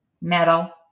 metal